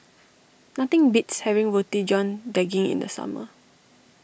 nothing beats having Roti John Daging in the summer